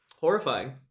Horrifying